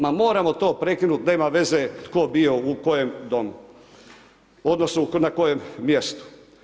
Ma moramo to prekinuti, nema veze, tko bio u kojem domu, odnosno, na kojem mjestu.